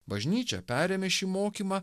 bažnyčia perėmė šį mokymą